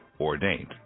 ordained